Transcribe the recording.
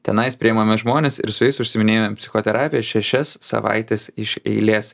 tenais priimame žmones ir su jais užsiiminėjame psichoterapija šešias savaites iš eilės